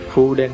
Food &